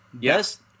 Yes